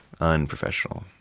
unprofessional